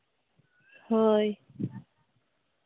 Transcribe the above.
ᱦᱳᱭ